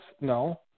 No